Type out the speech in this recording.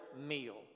meal